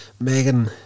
Megan